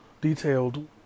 detailed